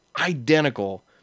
identical